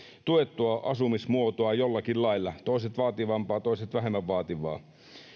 tuettua asumismuotoa jollakin lailla toiset vaativampaa toiset vähemmän vaativaa